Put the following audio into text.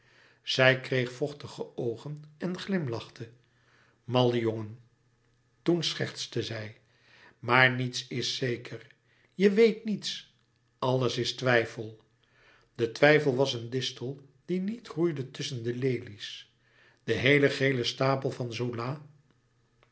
zij kreeg vochtige oogen en glimlachte malle jongen toen schertste zij maar niets is zeker je weet niets alles is twijfel de twijfel was een distel die niet groeide tusschen de lelies de heele gele stapel van zola